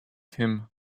him